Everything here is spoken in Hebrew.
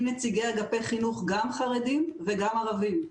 עם נציגי אגפי חינוך גם חרדים וגם ערבים.